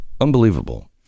Unbelievable